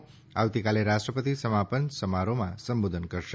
આવતીકાલે રાષ્ટ્રપતિ સમાપન સમારોહમાં સંબોધન કરશે